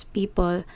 people